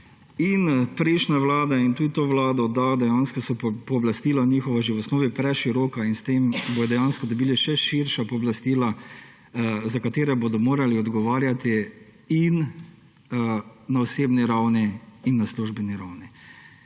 in prejšnje vlade in tudi to vlado, da dejansko so njihova pooblastila že v osnovi preširoka. S tem bodo dejansko dobili še širša pooblastila, za katera bodo morali odgovarjati in na osebni ravni in na službeni ravni.